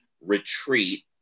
retreat